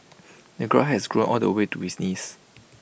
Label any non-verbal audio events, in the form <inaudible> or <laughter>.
<noise> the grass had grown all the way to his knees